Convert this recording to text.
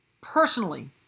personally